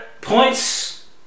points